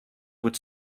would